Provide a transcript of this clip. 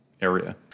area